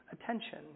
attention